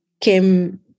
came